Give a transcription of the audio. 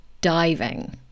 Diving